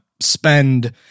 spend